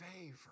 favor